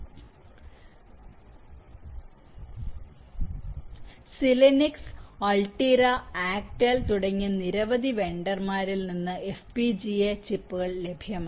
Xilinx Altera Actel തുടങ്ങിയ നിരവധി വെണ്ടർമാരിൽ നിന്ന് FPGA ചിപ്പുകൾ ലഭ്യമാണ്